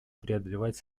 преодолевать